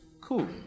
Cool